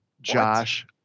Josh